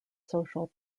social